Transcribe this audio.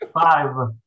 Five